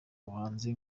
ubuhanzi